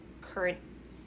current